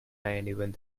anyone